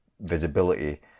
visibility